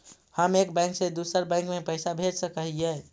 हम एक बैंक से दुसर बैंक में पैसा भेज सक हिय?